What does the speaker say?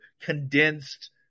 condensed